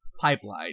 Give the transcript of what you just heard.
pipeline